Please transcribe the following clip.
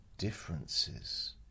Differences